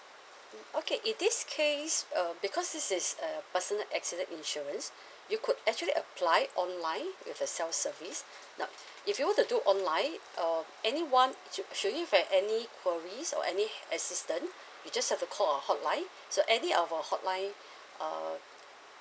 mm okay in this case uh because this is uh personal accident insurance you could actually apply online with the self service now if you were to do online or anyone should should you have any queries or any assistant you just have to call our hotline so any of our hotline uh